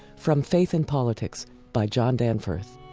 from faith and politics by john danforth